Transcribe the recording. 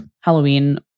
Halloween